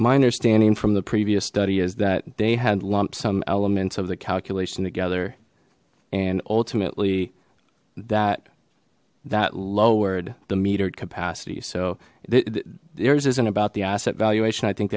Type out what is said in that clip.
my understanding from the previous study is that they had lumped some elements of the calculation together and ultimately that that lowered the metered capacity so the heirs isn't about the asset valuation i think